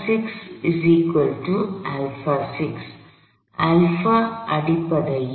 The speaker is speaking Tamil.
அங்குலார் வேலோஸிட்டிAngular velocityகோண வேகம் அடிப்படையில்